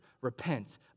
Repent